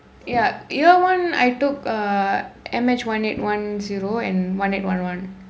ya year one I took uh M H one eight one zero and one eight one one